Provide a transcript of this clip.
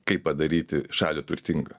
kaip padaryti šalį turtingą